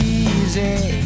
easy